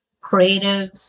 creative